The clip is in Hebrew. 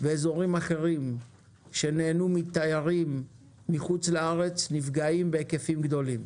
ואזורים אחרים שנהנו מתיירים מחוץ לארץ נפגעים בהיקפים גדולים.